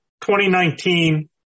2019